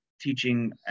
teaching